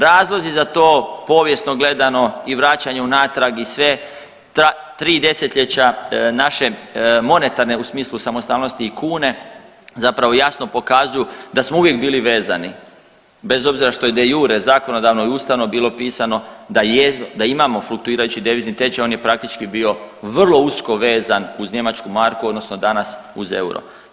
Razlozi za to povijesno gledano i vraćanje unatrag i sve tri desetljeća naše monetarne u smislu samostalnosti i kune zapravo jasno pokazuju da smo uvijek bili vezani, bez obzira što je de iure zakonodavno i ustavno bilo pisano da imamo fluktuirajući devizni tečaj, on je praktički bio vrlo usko vezan uz njemačku marku odnosno danas uz euro.